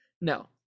No